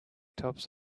tops